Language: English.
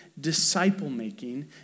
disciple-making